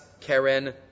Karen